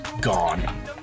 Gone